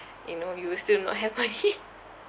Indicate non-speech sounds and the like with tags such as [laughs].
you know you will still not have money [laughs]